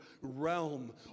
realm